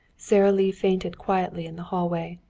sara lee fainted quietly in the hallway.